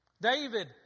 David